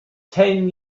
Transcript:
ten